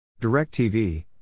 DirecTV